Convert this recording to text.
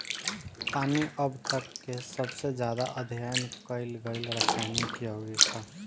पानी अब तक के सबसे ज्यादा अध्ययन कईल गईल रासायनिक योगिक ह